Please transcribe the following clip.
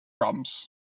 problems